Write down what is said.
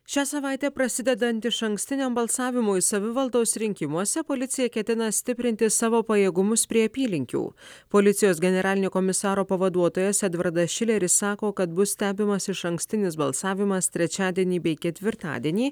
šią savaitę prasidedant išankstiniam balsavimui savivaldos rinkimuose policija ketina stiprinti savo pajėgumus prie apylinkių policijos generalinio komisaro pavaduotojas edvardas šileris sako kad bus stebimas išankstinis balsavimas trečiadienį bei ketvirtadienį